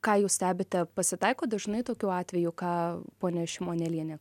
ką jūs stebite pasitaiko dažnai tokių atvejų ką ponia šimonėlienė